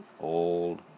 old